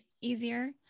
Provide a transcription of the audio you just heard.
easier